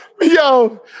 yo